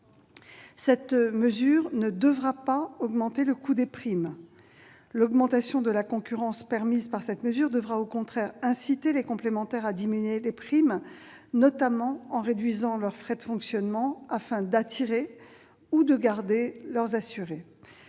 cette mesure ne devra pas augmenter le coût des primes. Au contraire, l'augmentation de la concurrence qu'elle permet devra inciter les complémentaires à diminuer leurs primes, notamment en réduisant leurs frais de fonctionnement, afin d'attirer ou de garder des assurés.